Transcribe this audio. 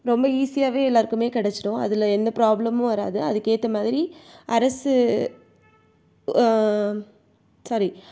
ரொம்ப ஈஸியாகவே எல்லாருக்குமே கிடச்சிடும் அதில் எந்த ப்ராப்ளமும் வராது அதுக்கேத்த மாதிரி அரசு சாரி